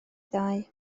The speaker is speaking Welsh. ddau